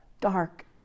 dark